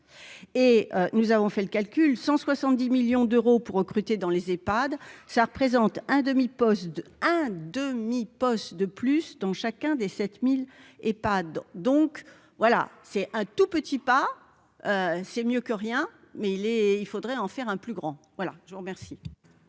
et nous avons fait le calcul : 170 millions d'euros pour recruter dans les EPHAD ça représente un demi-poste de un demi-poste de plus dans chacun des 7000 Epad donc voilà, c'est un tout petit pas, c'est mieux que rien, mais il est, il faudrait en faire un plus grand voilà je vous remercie.